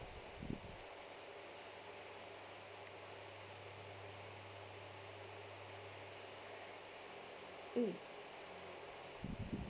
mm